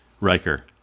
Riker